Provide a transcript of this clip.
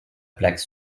plaque